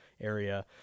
area